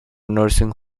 nursing